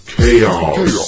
Chaos